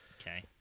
Okay